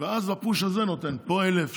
ואז הפוש הזה נותן פה 1,000,